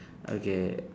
okay